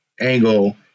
angle